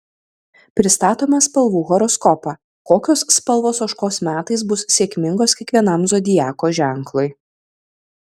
pristatome spalvų horoskopą kokios spalvos ožkos metais bus sėkmingos kiekvienam zodiako ženklui